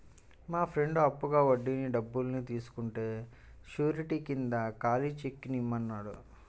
మా ఫ్రెండు అప్పుగా వడ్డీకి డబ్బుల్ని తీసుకుంటే శూరిటీ కింద ఖాళీ చెక్కుని ఇమ్మన్నాడు